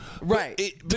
Right